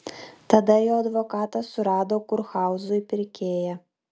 tada jo advokatas surado kurhauzui pirkėją